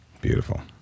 Beautiful